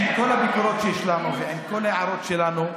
עם כל הביקורות שיש לנו ועם כל ההערות שלנו,